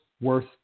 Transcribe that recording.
worth